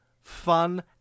fun